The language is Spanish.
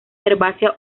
herbácea